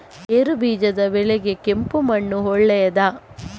ಗೇರುಬೀಜದ ಬೆಳೆಗೆ ಕೆಂಪು ಮಣ್ಣು ಒಳ್ಳೆಯದಾ?